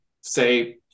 say